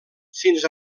fins